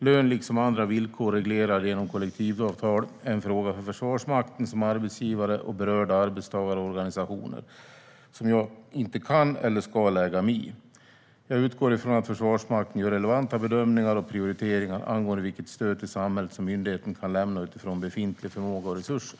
Lön liksom andra villkor reglerade genom kollektivavtal är en fråga för Försvarsmakten som arbetsgivare och berörda arbetstagarorganisationer som jag inte kan eller ska lägga mig i. Jag utgår från att Försvarsmakten gör relevanta bedömningar och prioriteringar angående vilket stöd till samhället som myndigheten kan lämna utifrån befintlig förmåga och resurser.